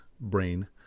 brain